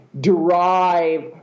derive